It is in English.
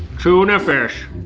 tuna fish.